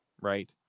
right